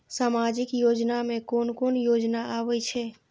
सामाजिक योजना में कोन कोन योजना आबै छै?